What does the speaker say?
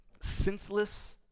senseless